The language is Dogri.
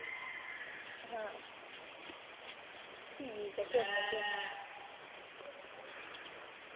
हां ठीक ऐ चंगा चंगा